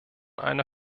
einer